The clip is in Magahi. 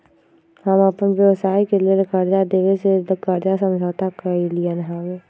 हम अप्पन व्यवसाय के लेल कर्जा देबे से कर्जा समझौता कलियइ हबे